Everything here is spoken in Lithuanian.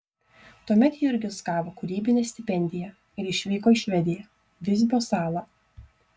tuomet jurgis gavo kūrybinę stipendiją ir išvyko į švediją visbio salą